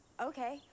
Okay